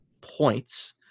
points